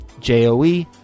J-O-E